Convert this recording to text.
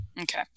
Okay